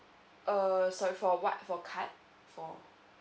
err sorry for what for card for